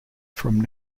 from